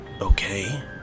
Okay